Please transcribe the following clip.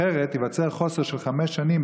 אחרת ייווצר חוסר של חמש שנים,